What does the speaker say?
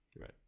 Right